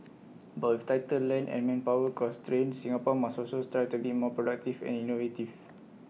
but with tighter land and manpower constraints Singapore must also strive to be more productive and innovative